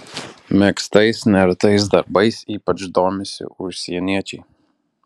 megztais nertais darbais ypač domisi užsieniečiai